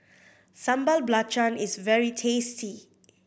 Sambal Belacan is very tasty